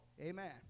Amen